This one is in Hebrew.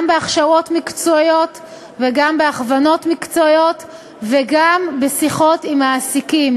גם בהכשרות מקצועיות וגם בהכוונות מקצועיות וגם בשיחות עם מעסיקים,